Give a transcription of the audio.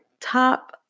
top